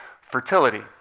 fertility